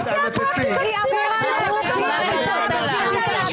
מה זה פרקטיקת סתימת הפיות המטורפת הזאת?